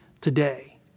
today